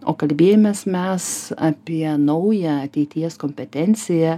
o kalbėjomės mes apie naują ateities kompetenciją